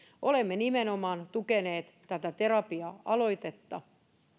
olemme nimenomaan tukeneet tätä terapiatakuu aloitetta